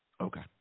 Okay